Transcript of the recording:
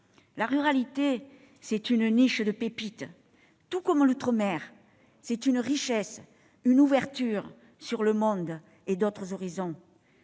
La ruralité est une niche de pépites, tout comme l'outre-mer : c'est une richesse, une ouverture sur le monde et d'autres horizons.